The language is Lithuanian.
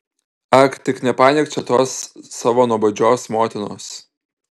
ak tik nepainiok čia tos savo nuobodžios motinos